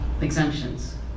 exemptions